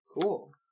Cool